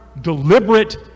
deliberate